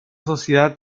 sociedad